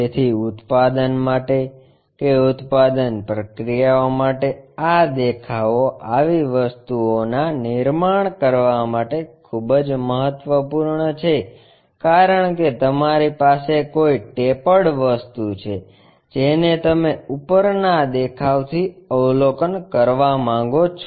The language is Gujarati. તેથી ઉત્પાદન માટે કે ઉત્પાદન પ્રક્રિયાઓ માટે આ દેખાવો આવી વસ્તુઓના નિર્માણ કરવા માટે ખૂબ જ મહત્વપૂર્ણ છે કારણ કે તમારી પાસે કોઈ ટેપર્ડ વસ્તુ છે જેને તમે ઉપરના દેખાવથી અવલોકન કરવા માંગો છો